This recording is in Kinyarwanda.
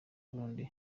burundi